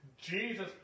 Jesus